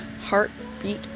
Heartbeat